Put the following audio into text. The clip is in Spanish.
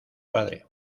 padre